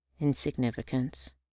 Insignificance